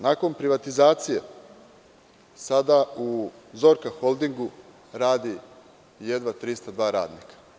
Nakon privatizacije, sada u „Zorka holdingu“ radi jedva 302 radnika.